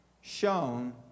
shown